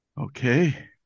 Okay